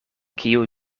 kiu